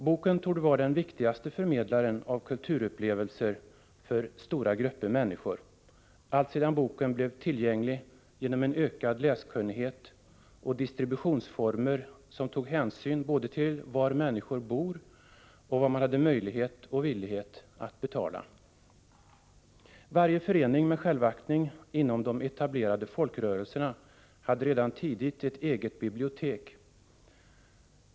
Boken torde vara den viktigaste förmedlaren av kulturupplevelser för stora grupper av människor — alltsedan boken blev tillgänglig genom en ökad läskunnighet och distributionsformer som tog hänsyn både till var människor bor och till vad man har möjlighet och villighet att betala. Varje förening med självaktning inom de etablerade folkrörelserna hade redan tidigt ett eget bibliotek.